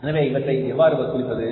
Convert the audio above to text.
எனவே இவற்றை எவ்வாறு வசூலிப்பது